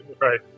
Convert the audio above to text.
Right